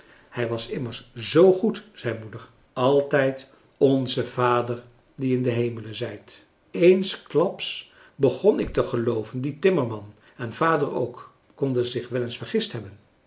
hij was immers zoo goed zei moeder altijd onze vader die in de hemelen zijt eensklaps begon ik te gelooven die timmerman en vader ook konden zich wel eens vergist hebben